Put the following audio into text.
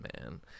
man